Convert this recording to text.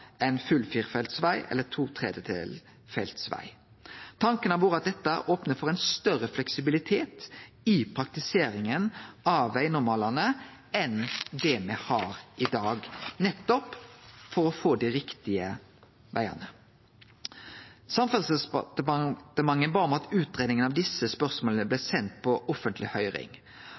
full firefeltsveg eller to-/trefeltsveg. Tanken har vore at dette opnar for ein større fleksibilitet i praktiseringa av vegnormalane enn det me har i dag, nettopp for å få dei riktige vegane. Samferdselsdepartementet bad om at utgreiinga av desse spørsmåla blei send på offentleg høyring,